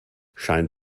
scheint